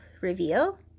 reveal